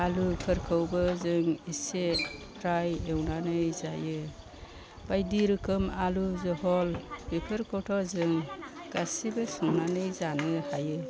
आलुफोखौबो जों इसे फ्राय एवनानै जायो बायदि रोखोम आलु झल बेफोरखौथ' जों गासैबो संनानै जानो हायो